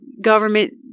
government